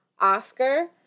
Oscar